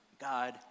God